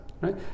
right